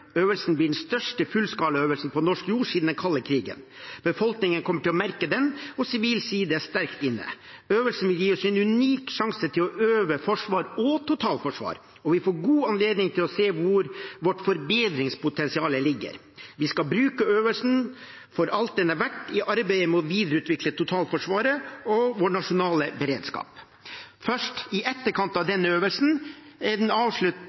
Øvelsen blir den største fullskalaøvelsen på norsk jord siden den kalde krigen. Befolkningen kommer til å merke den. Sivil side er sterkt inne. Øvelsen vil gi oss en unik sjanse til å øve forsvar og totalforsvar, og vi får god anledning til å se hvor vårt forbedringspotensial ligger. Vi skal bruke øvelsen for alt det den er verdt, i arbeidet med å videreutvikle totalforsvaret og vår nasjonale beredskap. Først i etterkant av denne øvelsen og i den